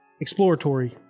exploratory